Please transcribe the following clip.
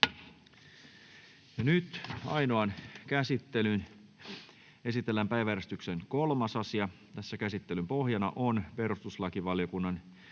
Ainoaan käsittelyyn esitellään päiväjärjestyksen 4. asia. Käsittelyn pohjana on perustuslakivaliokunnan